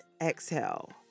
exhale